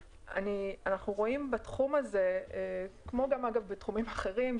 אנחנו רואים בתחום הזה כמו גם אגב בתחומים אחרים,